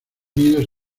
nidos